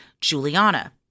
Juliana